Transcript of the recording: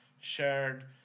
shared